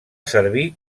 servir